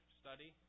study